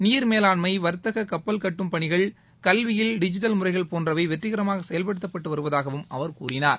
நீர் மேலாண்மை வர்த்தக கப்பல் கட்டும் பணிகள் கல்வியில் டிஜிட்டல் முறைகள் போன்றவை வெற்றிகரமாக செயல்படுத்தப்பட்டு வருவதாக அவர் கூறினார்